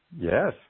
Yes